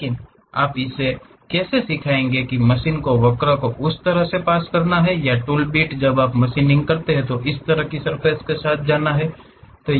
लेकिन आप इसे कैसे सिखाएंगे कि मशीन को वक्र को उस तरह से पास करना होगा या टूल बिट जब आप मशीनिंग करते हैं तो उस तरह की सर्फ़ेस के साथ जाना होगा